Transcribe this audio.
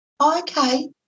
Okay